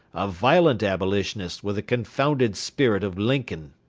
a violent abolitionist with the confounded spirit of lincoln.